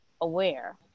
aware